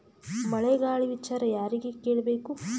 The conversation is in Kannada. ಮಳೆ ಗಾಳಿ ವಿಚಾರ ಯಾರಿಗೆ ಕೇಳ್ ಬೇಕು?